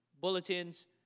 bulletins